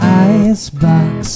icebox